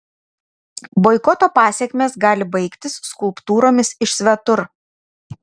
boikoto pasekmės gali baigtis skulptūromis iš svetur